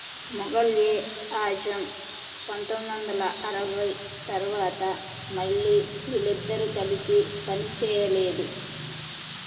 మొఘల్ ఎ ఆజమ్ పంతొమ్మిది వందల అరవై తర్వాత మళ్ళీ వీళ్లిద్దరు కలిసి పనిచేయలేదు